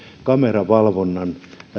kameravalvonnan